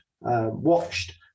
watched